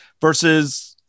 versus